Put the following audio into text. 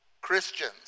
Christians